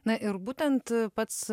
na ir būtent pats